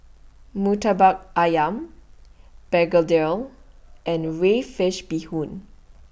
Murtabak Ayam Begedil and Crayfish Beehoon